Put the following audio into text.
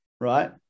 right